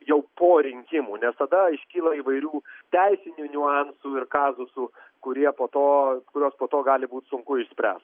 jau po rinkimų nes tada iškyla įvairių teisinių niuansų ir kazusų kurie po to kuriuos po to gali būt sunku išspręst